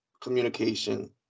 communication